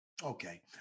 okay